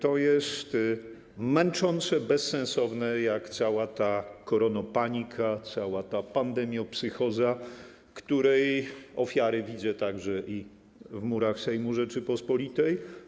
To jest męczące, bezsensowne, jak cała ta koronopanika, pandemiopsychoza, której ofiary widzę także i w murach Sejmu Rzeczypospolitej.